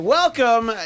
welcome